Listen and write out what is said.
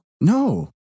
No